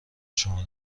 شما